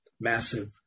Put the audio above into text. massive